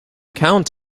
count